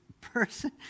person